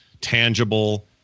tangible